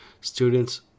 students